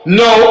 no